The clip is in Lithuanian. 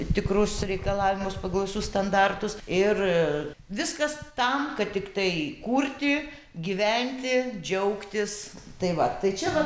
tikrus reikalavimus pagal visus standartus ir viskas tam kad tiktai kurti gyventi džiaugtis tai va tai čia vat